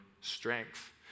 strength